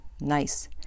Nice